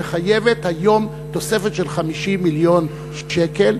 שמחייבת היום תוספת של 50 מיליון שקל,